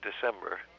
December